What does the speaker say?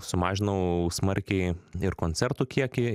sumažinau smarkiai ir koncertų kiekį